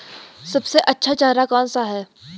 सबसे अच्छा चारा कौन सा है?